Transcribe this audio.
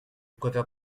préfère